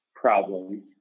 problems